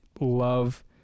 love